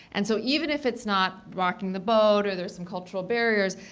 and so even if it's not rocking the boat or there's some cultural barriers,